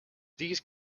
these